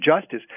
justice